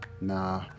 Nah